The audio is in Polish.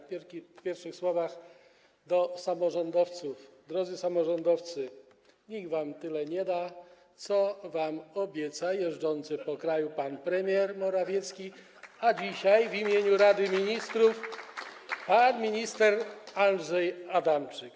W pierwszych słowach do samorządowców: drodzy samorządowcy, nikt wam tyle nie da, co wam obieca jeżdżący po kraju pan premier Morawiecki, [[Wesołość na sali, oklaski]] a dzisiaj w imieniu Rady Ministrów pan minister Andrzej Adamczyk.